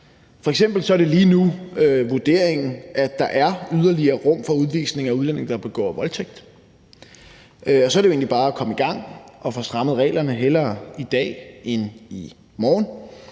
er det lige nu vurderingen, at der er yderligere rum for udvisning af udlændinge, der begår voldtægt, og så er det jo egentlig bare at komme i gang og få strammet reglerne og hellere i dag end i morgen.